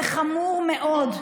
זה חמור מאוד.